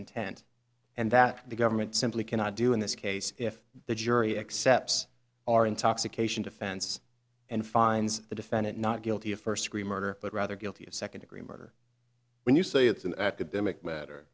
intent and that the government simply cannot do in this case if the jury accepts our intoxication defense and finds the defendant not guilty of first degree murder but rather guilty of second degree murder when you say it's an academic matter